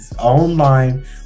online